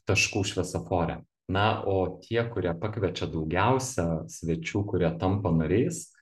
taškų šviesofore na o tie kurie pakviečia daugiausia svečių kurie tampa nariais